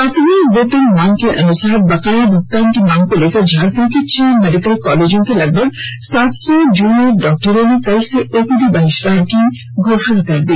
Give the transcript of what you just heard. सातवें वेतनमान के अनुसार बकाया भुगतान की मांग को लेकर झारखंड के छह मेडिकल कॉलेजों के लगभग सात सौ जूनियर डॉक्टरों ने कल से ओपीडी बहिष्कार की घोषणा कर दी